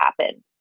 happen